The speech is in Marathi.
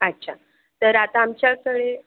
अच्छा तर आता आमच्याकडे